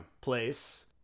place